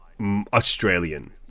Australian